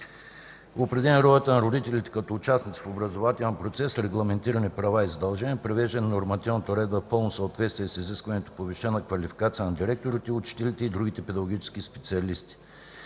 - определяне ролята на родителите като участници в образователния процес с регламентирани права и задължения; - привеждане на нормативната уредба в пълно съответствие с изискването за повишена квалификация на директорите, учителите и другите педагогически специалисти.